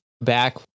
back